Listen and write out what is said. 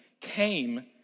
came